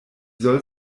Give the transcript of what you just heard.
soll